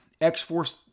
X-Force